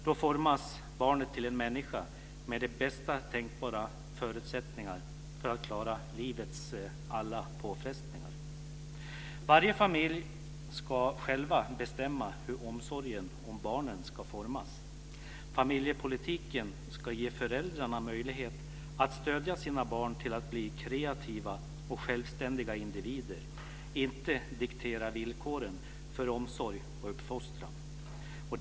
Då formas barnet till en människa med de bästa tänkbara förutsättningarna för att klara livets alla påfrestningar. Varje familj ska själv bestämma hur omsorgen om barnen ska formas. Familjepolitiken ska ge föräldrarna möjlighet att stödja sina barn till att bli kreativa och självständiga individer - inte diktera villkoren för omsorg och uppfostran.